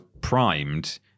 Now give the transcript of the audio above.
primed